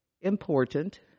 important